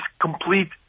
complete